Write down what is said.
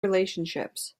relationships